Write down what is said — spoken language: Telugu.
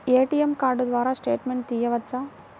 ఏ.టీ.ఎం కార్డు ద్వారా స్టేట్మెంట్ తీయవచ్చా?